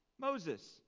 Moses